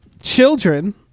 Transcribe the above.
Children